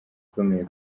ikomeye